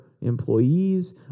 employees